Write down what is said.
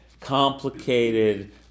complicated